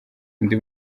undi